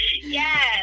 Yes